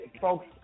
folks